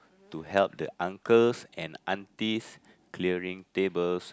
to help the uncles and aunties clearing tables